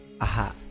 Aha